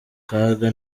kaga